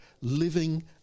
living